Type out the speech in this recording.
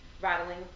rattling